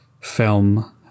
film